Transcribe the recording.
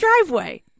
driveway